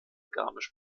garmisch